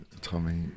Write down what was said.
Tommy